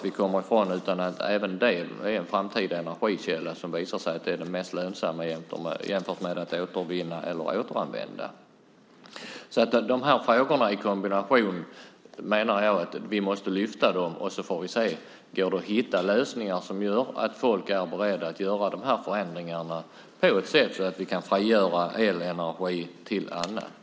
Vi kommer inte ifrån att det är en framtida energikälla som kommer att visa sig vara den mest lönsamma jämfört med att återvinna eller återanvända. Dessa frågor i kombination måste vi lyfta fram och se om det går att hitta lösningar som gör att folk är beredda att göra dessa förändringar så att vi kan frigöra elenergi till annat.